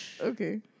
Okay